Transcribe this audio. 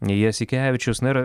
jasikevičius na ir